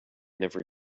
never